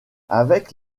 avec